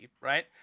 right